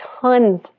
tons